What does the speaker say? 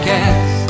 Cast